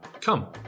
Come